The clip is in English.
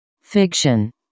fiction